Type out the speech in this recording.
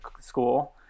school